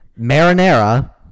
Marinara